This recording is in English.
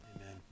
Amen